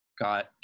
got